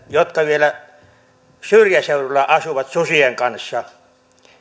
jotka vielä syrjäseudulla asuvat susien kanssa